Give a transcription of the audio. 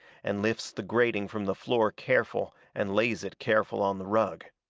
and lifts the grating from the floor careful and lays it careful on the rug.